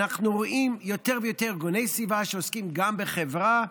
אנחנו רואים יותר ויותר ארגוני סביבה שעוסקים גם בחברה,